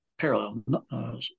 parallel